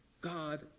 God